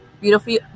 beautiful